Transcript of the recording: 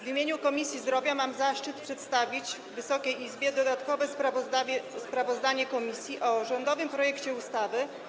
W imieniu Komisji Zdrowia mam zaszczyt przedstawić Wysokiej Izbie dodatkowe sprawozdanie komisji o rządowym projekcie nowelizacji